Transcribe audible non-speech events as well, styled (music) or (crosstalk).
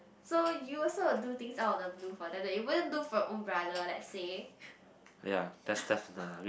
so you also will do things out of the blue for that you wouldn't do for your own brother let's say (noise)